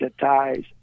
ties